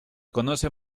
conoce